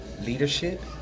leadership